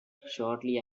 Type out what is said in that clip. shortly